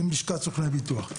עם לשכת סוכני הביטוח.